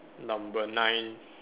number nine